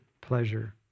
pleasure